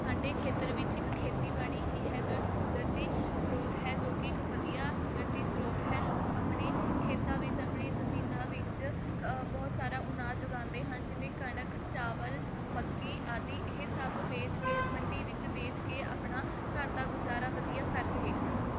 ਸਾਡੇ ਖੇਤਰ ਵਿੱਚ ਇੱਕ ਖੇਤੀਬਾੜੀ ਹੀ ਹੈ ਜੋ ਇੱਕ ਕੁਦਰਤੀ ਸ੍ਰੋਤ ਹੈ ਜੋ ਕਿ ਇੱਕ ਵਧੀਆ ਕੁਦਰਤੀ ਸ੍ਰੋਤ ਹੈ ਲੋਕ ਆਪਣੇ ਖੇਤਾਂ ਵਿੱਚ ਆਪਣੀ ਜ਼ਮੀਨਾਂ ਵਿੱਚ ਕ ਬਹੁਤ ਸਾਰਾ ਅਨਾਜ ਉਗਾਉਂਦੇ ਹਨ ਜਿਵੇਂ ਕਣਕ ਚਾਵਲ ਮੱਕੀ ਆਦਿ ਇਹ ਸਭ ਵੇਚ ਕੇ ਮੰਡੀ ਵਿੱਚ ਵੇਚ ਕੇ ਆਪਣਾ ਘਰ ਦਾ ਗੁਜ਼ਾਰਾ ਵਧੀਆ ਕਰ ਰਹੇ ਹਨ